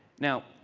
now,